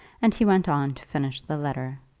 and he went on to finish the letter.